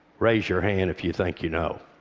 raise your hand if you think you know.